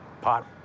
pot